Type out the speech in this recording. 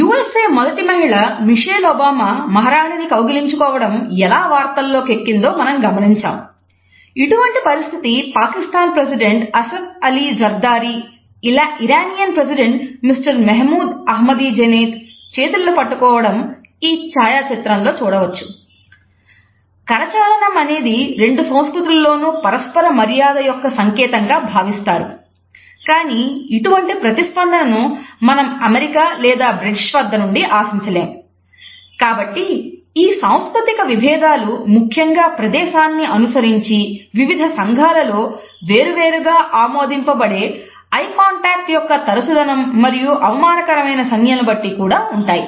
you S A యొక్క తరచుదనం మరియు అవమానకరమైన సంజ్ఞలను బట్టి కూడా ఉంటాయి